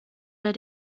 der